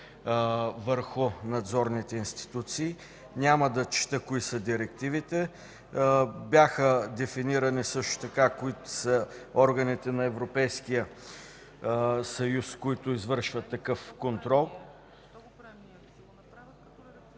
върху надзорните институции. Няма да чета кои са директивите. Бяха дефинирани също така кои са органите на Европейския съюз, които извършват такъв контрол.